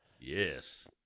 Yes